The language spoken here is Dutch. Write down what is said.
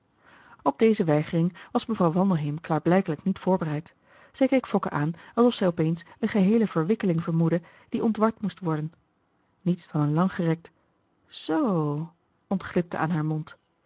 op deze weigering was mevrouw wandelheem klaarblijkelijk niet voorbereid zij keek fokke aan alsof zij op eens een geheele verwikkeling vermoedde die ontward moest worden niets dan een langgerekt zoo ontglipte aan haar mond